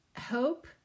Hope